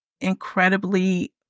incredibly